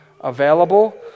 available